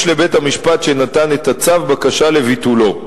לבית-המשפט שנתן את הצו בקשה לביטולו.